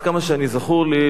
עד כמה שזכור לי,